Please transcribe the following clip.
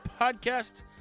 podcast